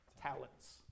talents